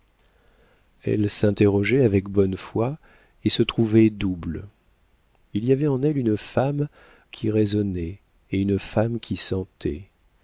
elle s'interrogeait avec bonne foi et se trouvait double il y avait en elle une femme qui raisonnait et une femme qui sentait